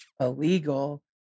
illegal